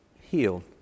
healed